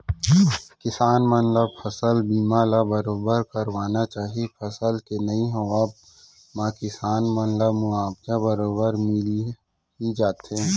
किसान मन ल फसल बीमा ल बरोबर करवाना चाही फसल के नइ होवब म किसान मन ला मुवाजा बरोबर मिल ही जाथे